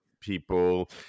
people